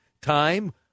time